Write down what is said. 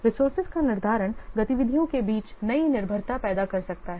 resources का निर्धारण गतिविधियों के बीच नई निर्भरता पैदा कर सकता है